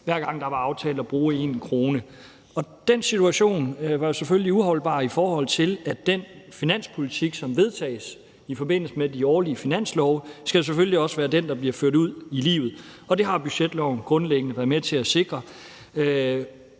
hver gang der var aftalt at bruge 1 kr. Den situation var jo selvfølgelig uholdbar, i forhold til at den finanspolitik, som vedtages i forbindelse med de årlige finanslove, selvfølgelig også skal være den, der bliver ført ud i livet, og det har budgetloven grundlæggende været med til at sikre.